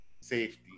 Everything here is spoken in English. Safety